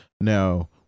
Now